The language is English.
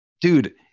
Dude